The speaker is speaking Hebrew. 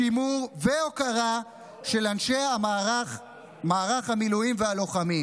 שימור והוקרה של אנשי מערך המילואים והלוחמים,